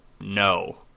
no